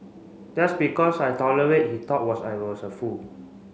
just because I tolerate he thought was I was a fool